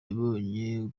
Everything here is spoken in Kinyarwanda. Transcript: ibonye